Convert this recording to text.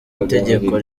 itegeko